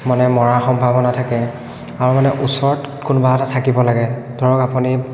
মানে মৰাৰ সম্ভাৱনা থাকে আৰু মানে ওচৰত কোনোবা এটা থাকিব লাগে ধৰক আপুনি